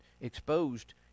exposed